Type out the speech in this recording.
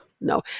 no